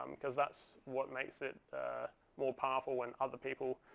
because that's what makes it more powerful when other people